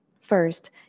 First